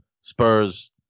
Spurs